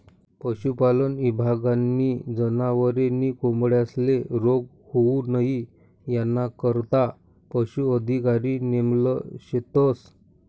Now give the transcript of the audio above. पशुपालन ईभागनी जनावरे नी कोंबड्यांस्ले रोग होऊ नई यानाकरता पशू अधिकारी नेमेल शेतस